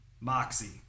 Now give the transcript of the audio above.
Moxie